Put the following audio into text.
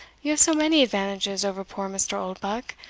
you have so many advantages over poor mr. oldbuck,